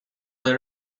they